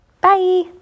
bye